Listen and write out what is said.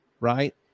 Right